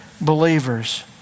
believers